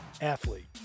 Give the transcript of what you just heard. Athlete